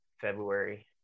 February